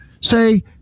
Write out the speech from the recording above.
say